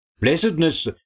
blessedness